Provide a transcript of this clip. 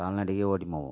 கால்நடைக்கு ஓட்டி போவோம்